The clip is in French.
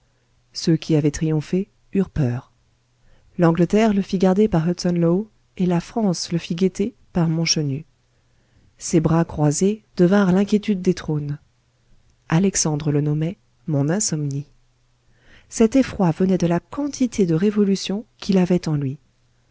ceux qui avaient triomphé eurent peur l'angleterre le fit garder par hudson lowe et la france le fit guetter par montchenu ses bras croisés devinrent l'inquiétude des trônes alexandre le nommait mon insomnie cet effroi venait de la quantité de révolution qu'il avait en lui